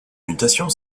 mutation